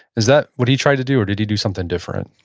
is that what he tried to do or did he do something different?